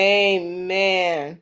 amen